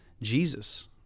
jesus